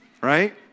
Right